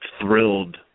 thrilled